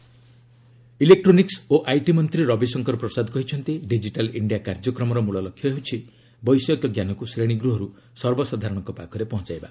Ravishankar digital India electronics ଓ IT ମନ୍ତ୍ରୀ ରବିଶଙ୍କର ପ୍ରସାଦ କହିଛନ୍ତି ଡିଜିଟାଲ ଇଷ୍ଠିଆ କାର୍ଯ୍ୟକ୍ରମର ମୂଳ ଲକ୍ଷ୍ୟ ହେଉଛି ବୈଷୟିକଜ୍ଞାନକୁ ଶ୍ରେଣୀଗୃହରୁ ସର୍ବସାଧାରଣଙ୍କ ପାଖରେ ପହଞ୍ଚାଇବା